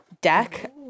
deck